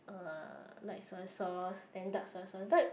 uh light soy sauce then dark soy sauce